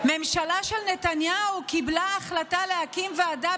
הממשלה של נתניהו קיבלה החלטה להקים ועדה